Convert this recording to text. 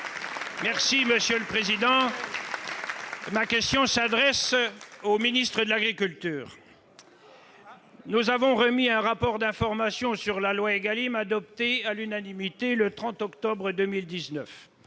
Les Républicains. Ma question s'adresse au ministre de l'agriculture. Nous avons remis un rapport d'information sur la loi Égalim, adopté à l'unanimité le 30 octobre 2019.